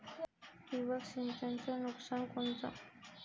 ठिबक सिंचनचं नुकसान कोनचं?